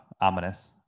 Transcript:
ominous